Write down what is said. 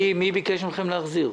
מי ביקש מכם להחזיר?